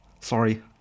Sorry